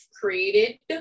created